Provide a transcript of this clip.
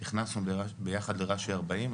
נכנסנו ביחד לרש"י 40,